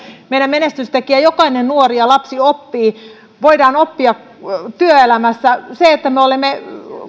meidän menestystekijämme jokainen nuori ja lapsi oppii voidaan oppia työelämässä että me suomi olemme